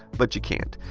but you can't.